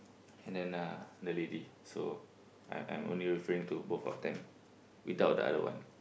and then uh the lady so I'm I'm only referring to both of them without the other one